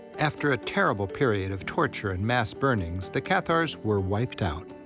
after a terrible period of torture and mass burnings, the cathars were wiped out.